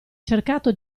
cercato